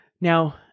Now